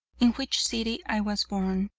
in which city i was born.